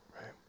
right